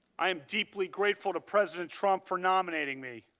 i am deeply grateful to president trump for nominating me.